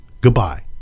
Goodbye